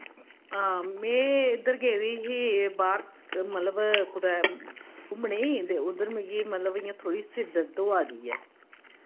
हां मैं इद्धर गेदी ही बाह्र मतलब कुतै घुम्मने ते उद्धर मिकी मतलब इ'य्यां थोह्ड़ी सिर दर्द होआ दी ऐ